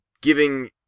giving